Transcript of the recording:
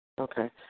Okay